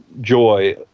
joy